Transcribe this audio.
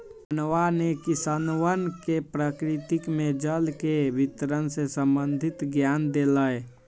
मोहनवा ने किसनवन के प्रकृति में जल के वितरण से संबंधित ज्ञान देलय